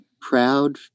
proud